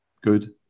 good